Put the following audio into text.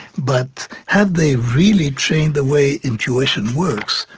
but have they really changed the way intuition works,